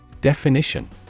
Definition